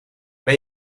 ben